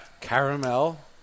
Caramel